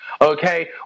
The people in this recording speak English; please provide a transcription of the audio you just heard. Okay